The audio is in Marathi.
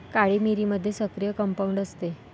काळी मिरीमध्ये सक्रिय कंपाऊंड असते